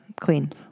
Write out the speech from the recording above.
clean